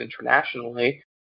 internationally